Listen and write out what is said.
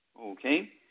Okay